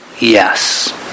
yes